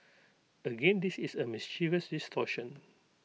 again this is A mischievous distortion